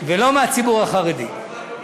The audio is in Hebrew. ולא מהציבור החרדי.